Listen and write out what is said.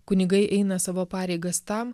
kunigai eina savo pareigas tam